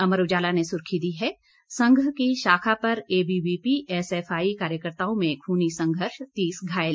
अमर उजाला ने सुर्खी दी है संघ की शाखा पर एबीवीपी एसएफआई कार्यकर्ताओं में खुनी संघर्ष तीस घायल